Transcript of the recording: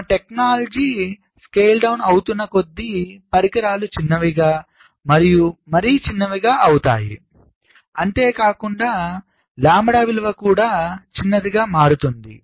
నా technology scale down అవుతున్నకొద్దీ పరికరాలు చిన్నవిగా మరియు మరి చిన్నవిగా అవుతాయి అంతేకాకుండా లాంబ్డా విలువ కూడా చిన్నదిగా మారుతోంది